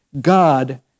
God